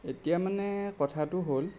এতিয়া মানে কথাটো হ'ল